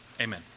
Amen